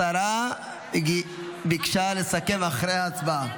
השרה ביקשה לסכם אחרי ההצבעה.